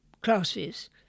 classes